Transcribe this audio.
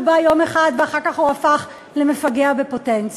בא יום אחד ואחר כך הוא הפך למפַגע בפוטנציה.